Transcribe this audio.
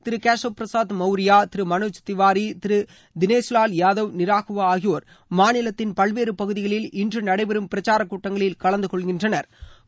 திரு கேசவ பிரசாத் மவுரியா திரு மனோஜ் திவாரி திரு தினேஷ் லால் யாதவ் நிராகுவா ஆகியோர் மாநிலத்தின் பல்வேறு பகுதிகளில் இன்று நடைபெறும் பிரச்சாரக் கூட்டங்களில் கலந்து கொள்கின்றனா்